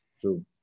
True